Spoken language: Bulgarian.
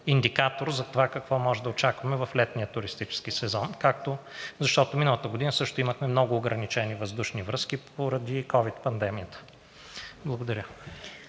индикатор за това какво можем да очакваме в летния туристически сезон, защото миналата година също имахме много ограничени въздушни връзки поради ковид пандемията. Благодаря.